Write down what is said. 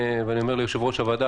ואני אומר ליושב-ראש הוועדה,